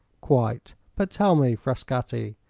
quite. but, tell me, frascatti,